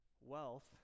wealth